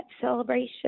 celebration